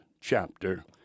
chapter